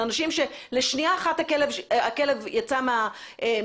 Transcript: של אנשים שלשנייה אחת הכלב יצא מהרצועה,